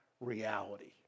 reality